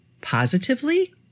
positively